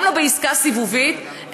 גם לא בעסקה סיבובית,